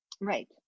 Right